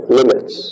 limits